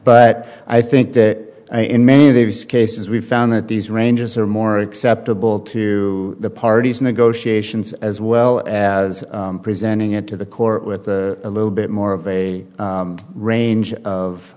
but i think that in many of these cases we've found that these ranges are more acceptable to the parties negotiations as well as presenting it to the court with a little bit more of a range of